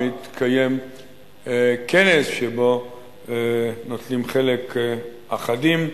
מתקיים כנס שבו נוטלים חלק מרצים אחדים,